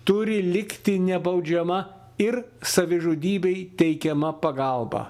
turi likti nebaudžiama ir savižudybei teikiama pagalba